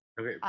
Okay